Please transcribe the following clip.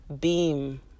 beam